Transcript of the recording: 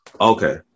Okay